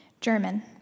German